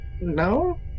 No